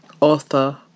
author